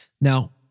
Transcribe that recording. Now